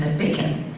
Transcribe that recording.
and bacon.